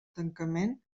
tancament